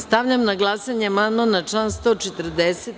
Stavljam na glasanje amandman na član 140.